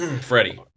Freddie